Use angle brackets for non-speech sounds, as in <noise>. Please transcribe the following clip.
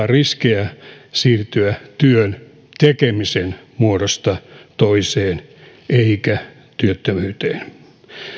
<unintelligible> riskejä siirtyä työn tekemisen muodosta toiseen eikä työttömyyteen